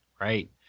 Right